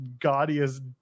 gaudiest